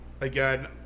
again